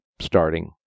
starting